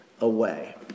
away